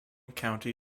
county